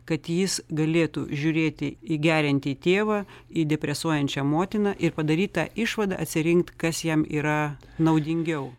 kad jis galėtų žiūrėti į geriantį tėvą į depresuojančią motiną ir padaryt tą išvadą atsirinkt kas jam yra naudingiau